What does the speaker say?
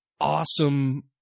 awesome